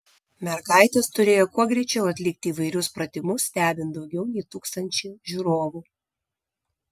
mergaitės turėjo kuo greičiau atlikti įvairius pratimus stebint daugiau nei tūkstančiui žiūrovų